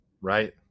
Right